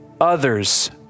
others